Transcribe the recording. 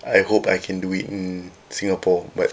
I hope I can do it in singapore but